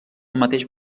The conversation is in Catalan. mateix